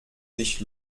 sich